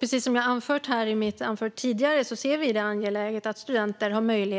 Precis som jag har anfört tidigare anser vi att det är angeläget att studenter